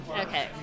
Okay